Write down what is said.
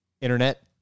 Internet